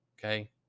okay